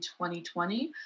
2020